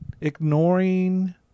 ignoring